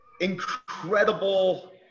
Incredible